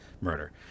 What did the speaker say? murder